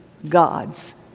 God's